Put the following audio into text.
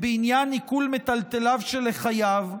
בעניין עיקול מיטלטליו של החייב,